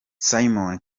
simon